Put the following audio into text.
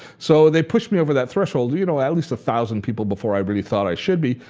so they pushed me over that threshold you know at least a thousand people before i really thought i should be.